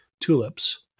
tulips